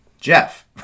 Jeff